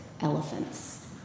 elephants